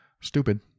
stupid